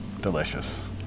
delicious